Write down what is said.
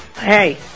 hey